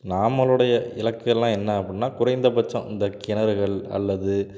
நாமளுடைய இலக்கெல்லாம் என்ன அப்புடினா குறைந்தபட்சம் இந்தக் கிணறுகள் அல்லது